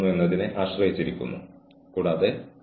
അതിനാൽ അവർ പങ്കാളികളെ എവിടെ കണ്ടെത്തും